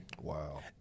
Wow